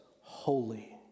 holy